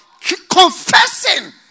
confessing